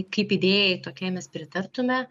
kaip idėjai tokiai mes pritartume